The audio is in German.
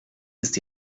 ist